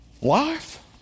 Life